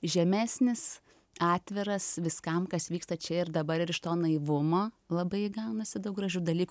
žemesnis atviras viskam kas vyksta čia ir dabar ir iš to naivumo labai gaunasi daug gražių dalykų